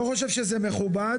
יש מינימום של ששה ביקורים,